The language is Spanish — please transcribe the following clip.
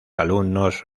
alumnos